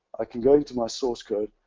i can go into my source code,